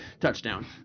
touchdown